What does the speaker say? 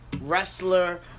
Wrestler